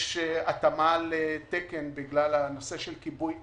יש התאמה לתקן בגלל הנושא של כיבוי אש,